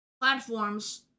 platforms